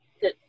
good